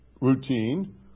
routine